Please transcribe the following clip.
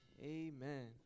amen